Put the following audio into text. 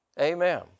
Amen